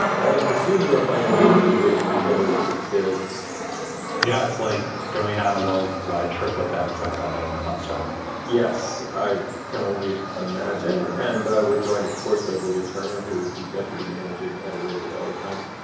i assume you're finding a new way to be together with your kids yeah, it's like going on a world wide trip with them, except without any of the fun stuff yes, i can only imagine. and we're joined, of course, by julia turner, who is the deputy managing editor of the l a. times.